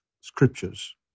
scriptures